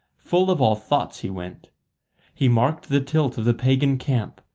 full of all thoughts he went he marked the tilt of the pagan camp,